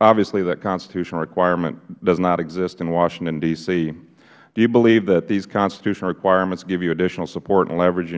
obviously that constitutional requirement does not exist in washington d c do you believe that these constitutional requirements give you additional support and leverage you